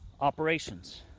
Operations